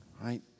right